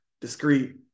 discreet